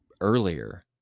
earlier